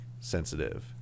sensitive